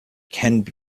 can